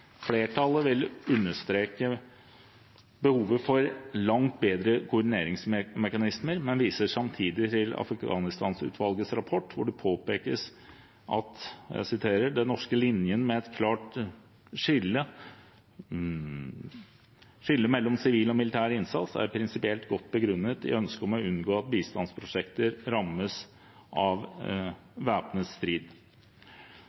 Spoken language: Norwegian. Flertallet vil understreke behovet for langt bedre koordineringsmekanismer, men viser samtidig til Afghanistan-utvalgets rapport, hvor det påpekes: «Den norske linjen med et klart skille mellom sivil og militær innsats er prinsipielt godt begrunnet i ønsket om å unngå at bistandsprosjekter rammes av